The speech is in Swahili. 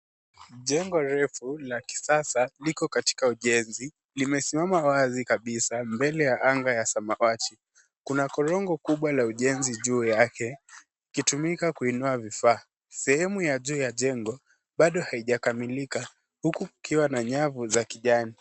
Jengo refu la kisasa lilko katika ujenzi. Limesimama wazi kabisa mbele ya anga ya samawati. Kuna korongo kubwa la ujenzi juu yake, ikitumika kuinua vifaa. Sehemu ya juu ya jengo, bado haijakamilika, huku kukiwa na nyavu za kijani.